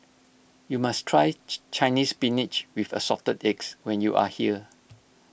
you must try Chinese Spinach with Assorted Eggs when you are here